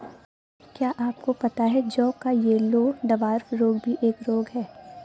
क्या आपको पता है जौ का येल्लो डवार्फ रोग भी एक रोग है?